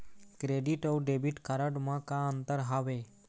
Credit अऊ debit card म का अंतर हावे?